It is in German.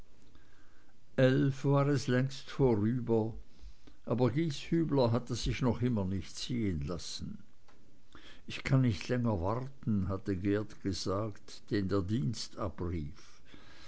elf war es längst vorüber aber gieshübler hatte sich noch immer nicht sehen lassen ich kann nicht länger warten hatte geert gesagt den der dienst abrief